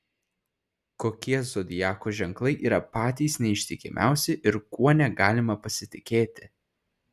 kokie zodiako ženklai yra patys neištikimiausi ir kuo negalima pasitikėti